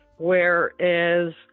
Whereas